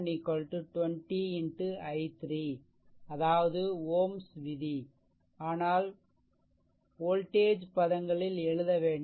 v1 20 x i3 அதாவது Ωs விதி ஆனால் வோல்டஜ் பதங்களில் எழுதவேண்டும்